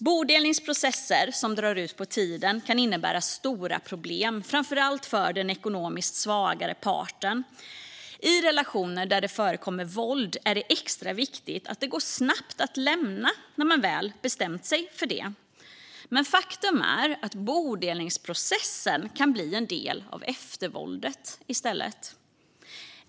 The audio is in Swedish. Bodelningsprocesser som drar ut på tiden kan innebära stora problem, framför allt för den ekonomiskt svagare parten. I relationer där det förekommer våld är det extra viktigt att det går snabbt att lämna förhållandet när man väl har bestämt sig för det. Men faktum är att bodelningsprocessen i stället kan bli en del i eftervåldet.